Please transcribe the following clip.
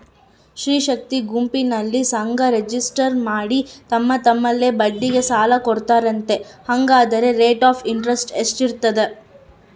ಸ್ತ್ರೇ ಶಕ್ತಿ ಗುಂಪಿನಲ್ಲಿ ಸಂಘ ರಿಜಿಸ್ಟರ್ ಮಾಡಿ ತಮ್ಮ ತಮ್ಮಲ್ಲೇ ಬಡ್ಡಿಗೆ ಸಾಲ ಕೊಡ್ತಾರಂತೆ, ಹಂಗಾದರೆ ರೇಟ್ ಆಫ್ ಇಂಟರೆಸ್ಟ್ ಎಷ್ಟಿರ್ತದ?